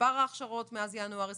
מספר ההכשרות מאז ינואר 2021,